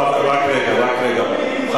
רק רגע, רק רגע, רב הכיבוש.